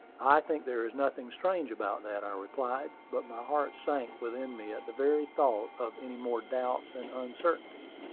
i think there is nothing strange about that, i replied but my heart sank within me at the very thought of any more doubts and uncertainties.